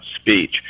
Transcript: speech